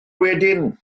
wedyn